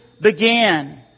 began